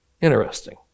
Interesting